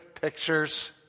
pictures